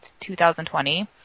2020